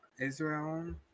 Israel